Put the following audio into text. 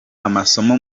amasomo